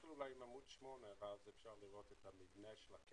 מתחתיו יש את ועדת ההשקעות ומתחת לשני אלה יש